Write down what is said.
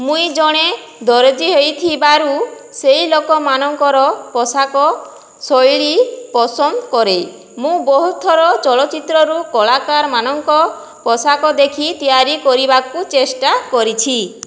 ମୁଇଁ ଜଣେ ଦରଜି ହେଇଥିବାରୁ ସେହି ଲୋକମାନଙ୍କର ପୋଷାକ ଶୈଳୀ ପସନ୍ଦ କରେ ମୁଁ ବହୁତଥର ଚଳଚ୍ଚିତ୍ରରୁ କଳାକାରମାନଙ୍କ ପୋଷାକ ଦେଖି ତିଆରି କରିବାକୁ ଚେଷ୍ଟା କରିଛି